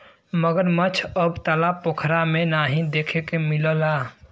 मगरमच्छ अब तालाब पोखरा में नाहीं देखे के मिलला